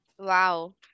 Wow